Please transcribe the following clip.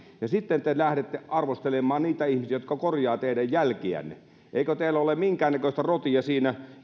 ja sitten te lähdette arvostelemaan niitä ihmisiä jotka korjaavat teidän jälkiänne eikö teillä ole minkäännäköistä rotia siinä